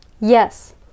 Yes